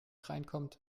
reinkommt